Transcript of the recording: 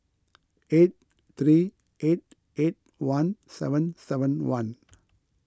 eight three eight eight one seven seven one